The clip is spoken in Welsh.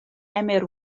emyr